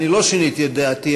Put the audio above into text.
אני לא שיניתי את דעתי,